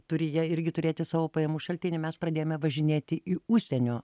turi jie irgi turėti savo pajamų šaltinį mes pradėjome važinėti į užsienio